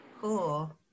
Cool